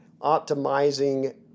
optimizing